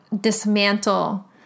dismantle